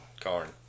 Corn